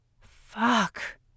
Fuck